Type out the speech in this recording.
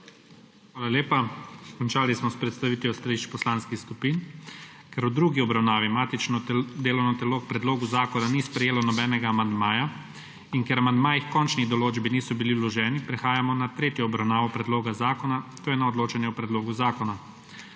Hvala lepa. Končali smo s predstavitvijo stališč poslanskih skupin. Ker v drugi obravnavi matično delovno telo k predlogu zakona ni sprejelo nobenega amandmaja in ker amandmaji h končni določbi niso bili vloženi, prehajamo na tretjo obravnavo predloga zakona, to je na odločanje o predlogu zakona.